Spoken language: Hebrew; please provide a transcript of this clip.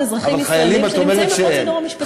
ישראלים שנמצאים בפרוצדורה משפטית.